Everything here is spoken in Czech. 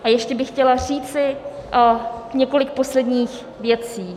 A ještě bych chtěla říci několik posledních věcí.